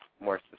more